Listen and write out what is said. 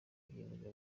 biyemeza